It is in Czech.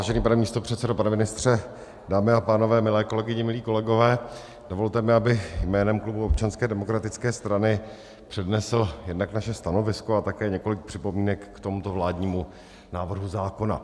Vážený pane místopředsedo, pane ministře, dámy a pánové, milé kolegyně, milí kolegové, dovolte mi, abych jménem klubu Občanské demokratické strany přednesl jednak naše stanovisko a také několik připomínek k tomuto vládnímu návrhu zákona.